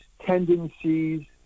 tendencies